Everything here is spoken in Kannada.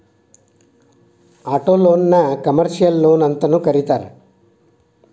ಆಟೊಲೊನ್ನ ಕಮರ್ಷಿಯಲ್ ಲೊನ್ಅಂತನೂ ಕರೇತಾರ